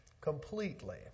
completely